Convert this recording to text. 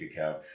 account